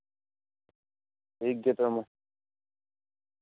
ᱴᱷᱤᱠ ᱜᱮᱭᱟ ᱛᱚᱵᱮ ᱢᱟ